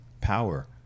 power